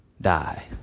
die